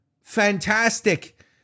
fantastic